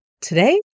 Today